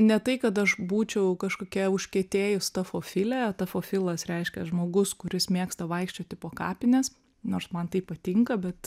ne tai kad aš būčiau kažkokia užkietėjus tafofilė tafofilas reiškia žmogus kuris mėgsta vaikščioti po kapines nors man tai patinka bet